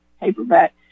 paperback